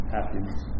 Happiness